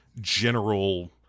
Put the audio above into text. general